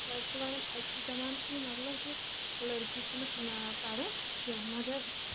وۄنۍ چھِ وَنَان أزکِس زَمانَس منٛز مطلب کہ لٔڑکی چھِنہٕ پَرُن کینٛہہ مگر